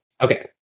okay